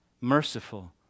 merciful